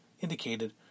indicated